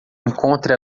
encontre